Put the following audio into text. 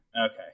Okay